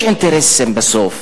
יש אינטרסים בסוף.